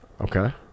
okay